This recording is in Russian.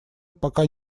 пока